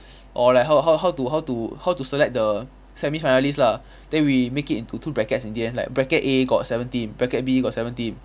or like how how how to how to how to select the semifinalist lah then we make it into two brackets in the end like bracket A got seven team bracket B got seven team